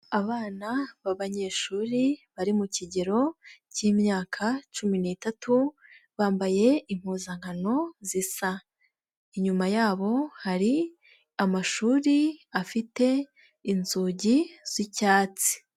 Abana b'abanyeshuri bari mu kigero cy'imyaka cumi n'itatu bambaye impuzankano zisa, inyuma yabo hari amashuri afite inzugi z'icyatsi.